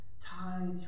tied